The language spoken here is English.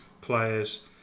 players